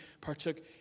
partook